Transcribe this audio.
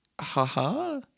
haha